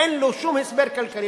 אין לו שום הסבר כלכלי,